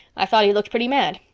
i thought he looked pretty mad.